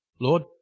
Lord